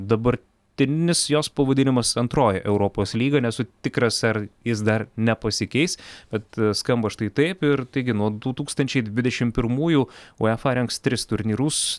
dabartinis jos pavadinimas antroji europos lyga nesu tikras ar jis dar nepasikeis bet skamba štai taip ir taigi nuo du tūkstančiai dvidešimt pirmųjų uefa rengs tris turnyrus